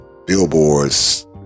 Billboard's